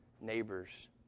Neighbors